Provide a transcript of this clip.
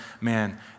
man